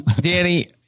Danny